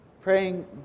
praying